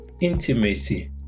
intimacy